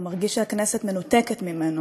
הוא מרגיש שהכנסת מנותקת ממנו.